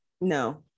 No